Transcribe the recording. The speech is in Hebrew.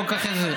בוא, קח את זה.